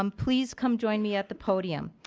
um please come join me at the podium.